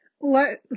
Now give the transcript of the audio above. Let